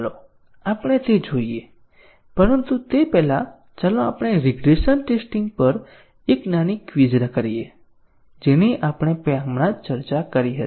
ચાલો આપણે તે જોઈએ પરંતુ તે પહેલાં ચાલો આપણે રીગ્રેસન ટેસ્ટિંગ પર એક નાની ક્વિઝ કરીએ જેની આપણે હમણાં જ ચર્ચા કરી હતી